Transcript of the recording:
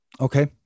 Okay